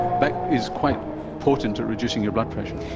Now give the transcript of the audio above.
but is quite potent at reducing your blood pressure.